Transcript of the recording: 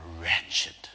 wretched